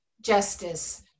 justice